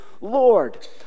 Lord